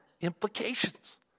implications